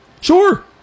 Sure